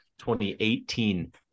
2018